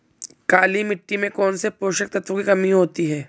काली मिट्टी में कौनसे पोषक तत्वों की कमी होती है?